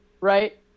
right